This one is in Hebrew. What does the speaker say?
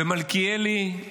ומלכיאלי,